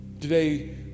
Today